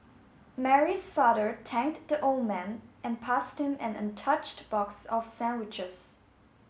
Mary's father thanked the old man and passed him an untouched box of sandwiches